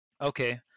okay